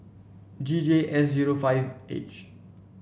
G J S zero five H